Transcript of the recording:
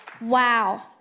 Wow